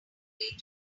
way